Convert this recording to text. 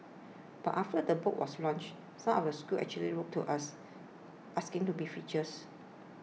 but after the book was launched some of the schools actually wrote to us asking to be featured